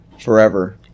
forever